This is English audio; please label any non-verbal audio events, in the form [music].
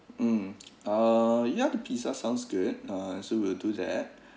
mm uh ya pizza sounds good uh so we'll do that [breath]